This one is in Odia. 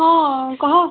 ହଁ କହ